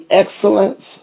excellence